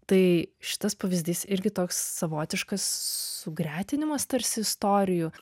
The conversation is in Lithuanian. tai šitas pavyzdys irgi toks savotiškas sugretinimas tarsi istorijų